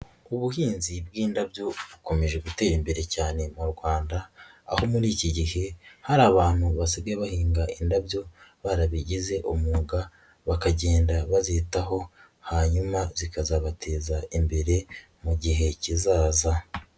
Ubuhinzi bw'indabyo bukomeje gutera imbere cyane mu Rwanda, aho muri iki gihe hari abantu basigaye bahinga indabyo barabigize umwuga bakagenda bazitaho hanyuma zikazabateza imbere mu gihe kizaza.